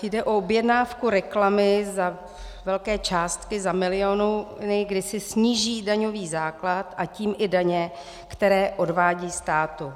Jde o objednávku reklamy za velké částky, za miliony, kdy si sníží daňový základ, a tím i daně, které odvádějí státu.